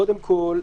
קודם כל,